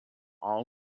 all